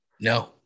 No